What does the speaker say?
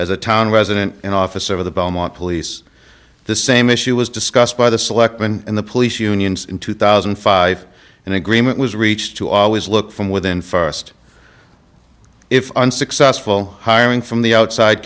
as a town resident and officer of the belmont police the same issue was discussed by the selectmen and the police unions in two thousand and five an agreement was reached to always look from within st if unsuccessful hiring from the outside